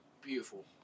Beautiful